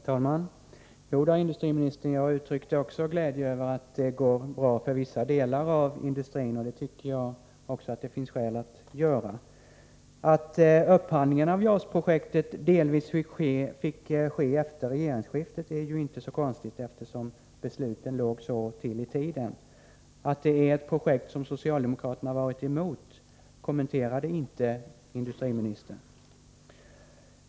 Herr talman! Jo, industriministern, jag uttryckte också glädje över att det går bra för vissa delar av industrin, och det tycker jag att det finns skäl att göra. Att upphandlingen av JAS-projektet delvis fick ske efter regeringsskiftet är inte så konstigt, eftersom beslutet låg så till i tiden. Att det är ett projekt som socialdemokraterna har varit emot kommenterade inte industriministern.